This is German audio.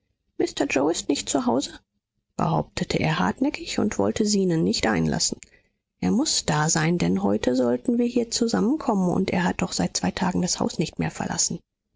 yoe ist nicht zu hause behauptete er hartnäckig und wollte zenon nicht einlassen er muß da sein denn heute sollten wir hier zusammenkommen und er hat doch seit zwei tagen das haus nicht mehr verlassen